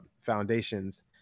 foundations